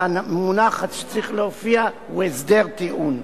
והמונח שצריך להופיע הוא "הסדר טיעון".